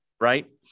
right